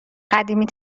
قدیمی